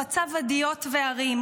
חצה ואדיות והרים,